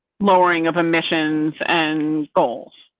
lowering of admissions and goals.